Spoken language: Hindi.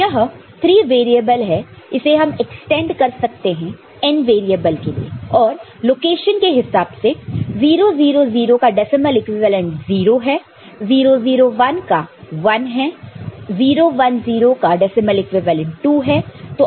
तो यह 3 वेरिएबल है इसे हम एक्सटेंड कर सकते हैं n वेरिएबल के लिए और लोकेशन के हिसाब से 0 0 0 क डेसिमल इक्विवेलेंट 0 है 0 0 1 का डेसिमल इक्विवेलेंट 1 है 0 1 0 का डेसिमल इक्विवेलेंट 2 है